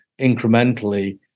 incrementally